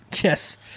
Yes